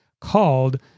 called